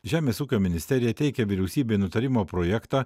žemės ūkio ministerija teikia vyriausybei nutarimo projektą